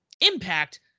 impact